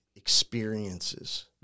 experiences